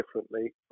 differently